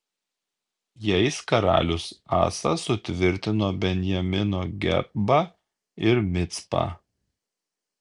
jais karalius asa sutvirtino benjamino gebą ir micpą